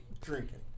drinking